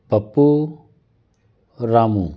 Pappu Ramu